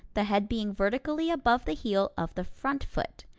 the head being vertically above the heel of the front foot.